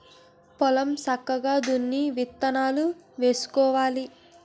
పొలం సక్కగా దున్ని విత్తనాలు వేసుకోవాలి